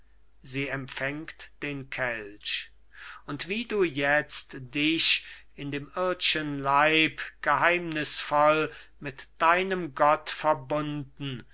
sie empfängt den kelch und wie du jetzt dich in dem ird'schen leib geheimnisvoll mit deinem gott verbunden